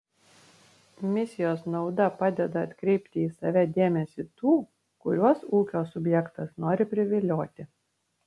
misijos nauda padeda atkreipti į save dėmesį tų kuriuos ūkio subjektas nori privilioti